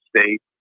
State